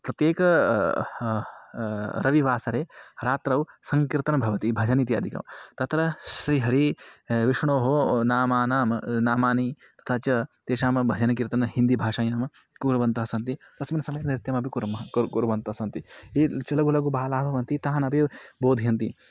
प्रत्येकस्मिन् रविवासरे रात्रौ सङ्कीर्तनं भवति भजन् इत्याधिकं तत्र श्रीहरेः विष्णोः ओ नामानि नामानि तथा च तेषां भजनकीर्तनं हिन्दीभाषायां कुर्वन्तः सन्ति तस्मिन् समये नृत्यमपि कुर्मः कुर् कुर्वन्तः सन्ति ये च लघु लघु बालाः भवन्ति तान् अपि बोधयन्ति